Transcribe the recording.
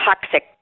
toxic